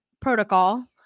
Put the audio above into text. protocol